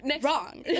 wrong